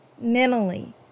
mentally